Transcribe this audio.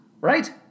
right